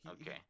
Okay